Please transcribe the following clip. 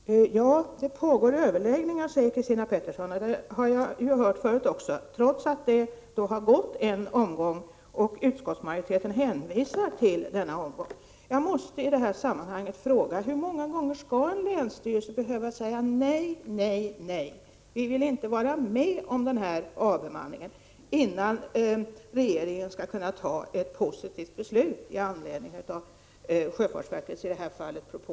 Herr talman! Det pågår överläggningar, säger Christina Pettersson. Ja, det har jag hört förut också. Nu har det gått en omgång, och utskottsmajoriteten hänvisar till denna omgång. Jag måste fråga i det här sammanhanget: Hur många gånger skall en länsstyrelse behöva säga nej, nej, nej, vi vill inte vara med om den här avbemanningen, innan regeringen skall kunna fatta ett positivt beslut i anledning av i det här fallet sjöfartsverkets propå?